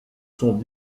sont